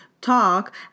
talk